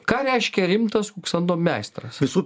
ką reiškia rimtas kuksando meistras visų